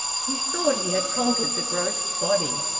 he thought he had conquered the gross body,